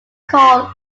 called